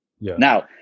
Now